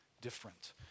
different